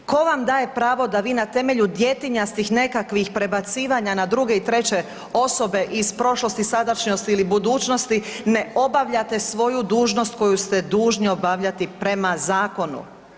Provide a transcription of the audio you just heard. Tko vam daje pravo da vi na temelju djetinjastih nekakvih prebacivanja na druge i treće osobe iz prošlosti, sadašnjosti ili budućnosti ne obavljate svoju dužnost koju ste dužni obavljati prema zakonu?